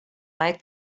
like